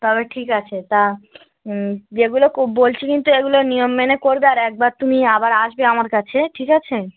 তবে ঠিক আছে তা যেগুলো কো বলছি কিন্তু এগুলো নিয়ম মেনে করবে আর একবার তুমি আবার আসবে আমার কাছে ঠিক আছে